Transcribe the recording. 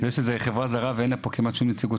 זו חברה ואין לה פה כמעט שום נציגות,